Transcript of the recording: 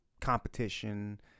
competition